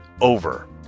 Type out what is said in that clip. over